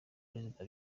perezida